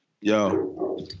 Yo